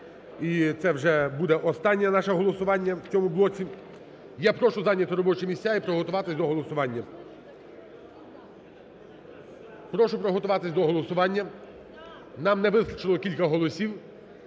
І це вже буде останнє наше голосування в цьому блоці. Я прошу зайняти робочі місця і приготуватись до голосування. Прошу приготуватись до голосування. Нам не вистачило кілька голосів.